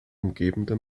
umgebende